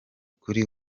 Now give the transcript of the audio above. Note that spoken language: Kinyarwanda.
kuri